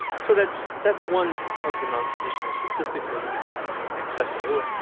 so that's that's one of the non traditional statistics and i think it's it's iaccessible.